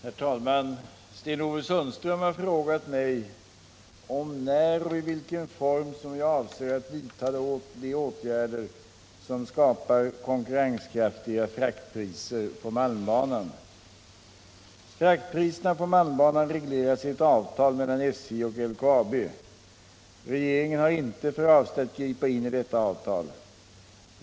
Herr talman! Sten-Ove Sundström har frågat mig när och i vilken form som jag avser att vidta de åtgärder som skapar konkurrenskraftiga fraktpriser på malmbanan. Fraktpriserna på malmbanan regleras i ett avtal mellan SJ och LKAB. Regeringen har inte för avsikt att gripa in i detta avtal.